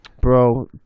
Bro